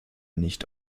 nicht